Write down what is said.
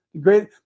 great